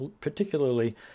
particularly